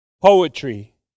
poetry